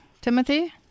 Timothy